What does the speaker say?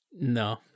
no